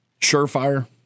Surefire